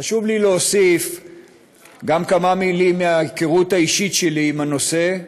חשוב לי להוסיף כמה מילים מההיכרות האישית שלי עם הנושא.